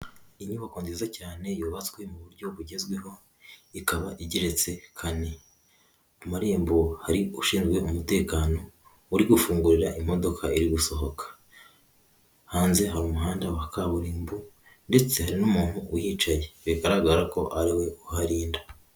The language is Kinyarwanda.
Inyubako nziza cyane yubatswe mu buryo bugezweho ikaba igeretse kane, mu marembo hari ushinzwe umutekano uri gufungurira imodoka iri gusohoka, hanze hari umuhanda wa kaburimbo ndetse n'umuntu uhicaye bigaragara ko ari we uharinda.